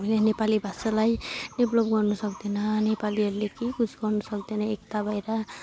हामीले नेपाली भाषालाई डेभलप गर्नु सक्दैन नेपालीहरूले केही कुछ गर्नु सक्दैन एकता भएर